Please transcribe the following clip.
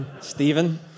Stephen